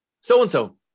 so-and-so